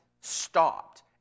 stopped